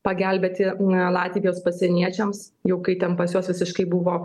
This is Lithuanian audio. pagelbėti latvijos pasieniečiams jau kai ten pas juos visiškai buvo